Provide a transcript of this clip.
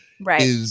Right